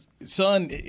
son